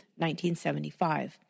1975